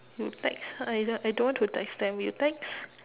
you text her !aiya! I don't want to text them you text